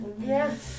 Yes